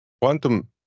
quantum